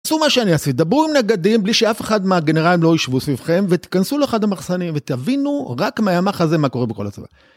תעשו מה שאני עשיתי, תדברו עם נגדים בלי שאף אחד מהגנרלים לא יישבו סביבכם ותכנסו לאחד המחסנים ותבינו רק מה ימח הזה מה קורה בכל הצבא.